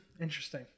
Interesting